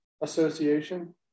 association